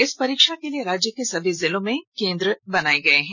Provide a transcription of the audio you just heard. इस परीक्षा के लिए राज्य के सभी जिलों में परीक्षा केंद्र बनाए गए हैं